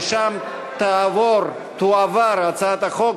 שאליה תועבר הצעת החוק,